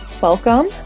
Welcome